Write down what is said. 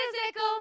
Physical